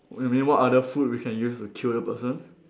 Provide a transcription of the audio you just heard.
you mean what other food we can use to kill the person